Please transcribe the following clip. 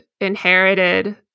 inherited